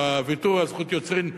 או הוויתור על זכות יוצרים,